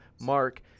Mark